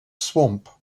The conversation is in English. swamp